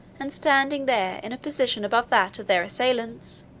and standing there in a position above that of their assailants,